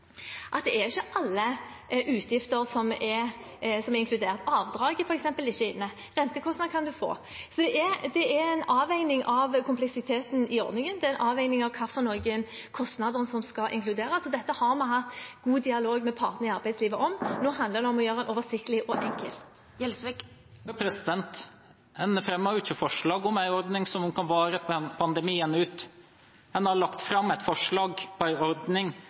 at ikke alle utgifter er inkludert. Avdrag, f.eks., er ikke inne, mens rentekostnader kan man få. Så det er en avveining av kompleksiteten i ordningen, det er en avveining av hvilke kostnader som skal inkluderes. Dette har vi hatt god dialog med partene i arbeidslivet om. Nå handler det om å gjøre den oversiktlig og … En fremmer jo ikke forslag om en ordning som kan vare pandemien ut. En har lagt fram et forslag til en ordning